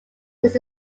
this